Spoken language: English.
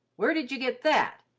where did you get that?